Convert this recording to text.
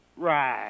right